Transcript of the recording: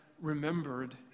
remembered